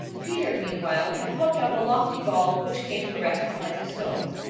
peter, meanwhile, had popped up a lofty ball which came to rest behind a stone.